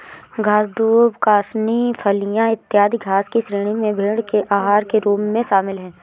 घास, दूब, कासनी, फलियाँ, इत्यादि घास की श्रेणी में भेंड़ के आहार के रूप में शामिल है